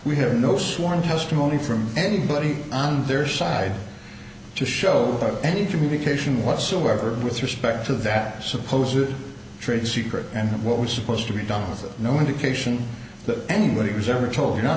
we have no sworn testimony from anybody on their side to show any communication whatsoever with respect to that suppose or trade secret and what was supposed to be done no indication that anybody was ever told you're not